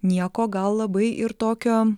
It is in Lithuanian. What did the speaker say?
nieko gal labai ir tokio